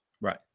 Right